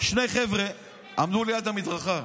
שני חבר'ה עמדו ליד המדרכה,